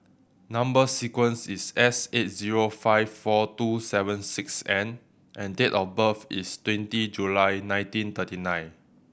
number sequence is S eight zero five four two seven six N and date of birth is twenty July nineteen thirty nine